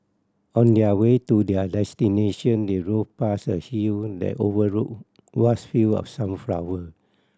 on their way to their destination they drove past a hill that overlooked vast field of sunflower